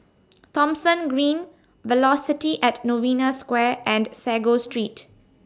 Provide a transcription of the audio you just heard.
Thomson Green Velocity At Novena Square and Sago Street